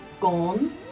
gone